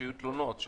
כשיהיו תלונות,